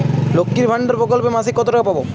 লক্ষ্মীর ভান্ডার প্রকল্পে মাসিক কত টাকা পাব?